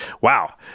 wow